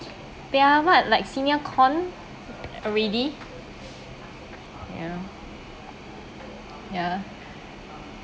they're what like senior con already ya ya